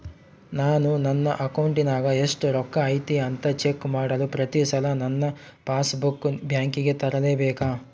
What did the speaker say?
ನಾನು ನನ್ನ ಅಕೌಂಟಿನಾಗ ಎಷ್ಟು ರೊಕ್ಕ ಐತಿ ಅಂತಾ ಚೆಕ್ ಮಾಡಲು ಪ್ರತಿ ಸಲ ನನ್ನ ಪಾಸ್ ಬುಕ್ ಬ್ಯಾಂಕಿಗೆ ತರಲೆಬೇಕಾ?